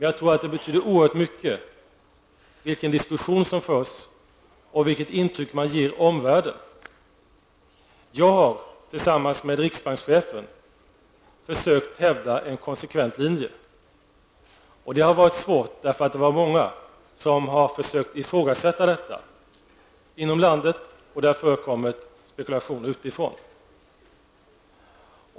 Jag tror att det betyder oerhört mycket vilken diskussion som förs och vilket intryck man ger omvärlden. Jag har tillsammans med riksbankschefen försökt hävda en konsekvent linje. Det har varit svårt, eftersom många har försökt ifrågasätta detta inom landet, och det har även förekommit spekulationer utifrån.